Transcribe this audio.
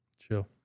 Chill